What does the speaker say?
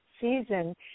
season